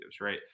right